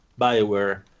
Bioware